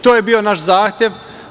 To je bio naš zahtev.